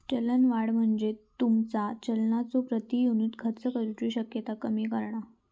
चलनवाढ म्हणजे तुमचा चलनाचो प्रति युनिट खर्च करुची शक्ती कमी करणा